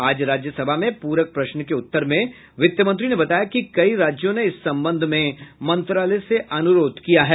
आज राज्यसभा में पूरक प्रश्न के उत्तर में वित्तमंत्री ने बताया कि कई राज्यों ने इस संबंध में मंत्रालय से अनुरोध किया है